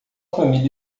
família